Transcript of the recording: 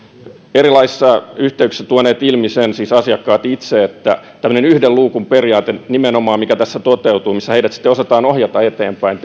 erilaisissa yhteyksissä tuoneet ilmi sen siis asiakkaat itse että nimenomaan tämmöinen yhden luukun periaate mikä tässä toteutuu missä heidät sitten osataan ohjata eteenpäin